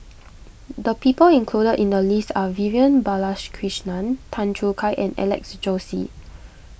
the people included in the list are Vivian Balakrishnan Tan Choo Kai and Alex Josey